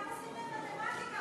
העיקר עושים במתמטיקה,